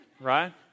Right